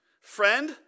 Friend